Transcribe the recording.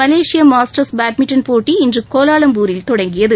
மலேசிய Masters badminton போட்டி இன்று கோலாலம்பூரில் தொடங்கியது